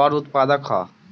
बड़ उत्पादक ह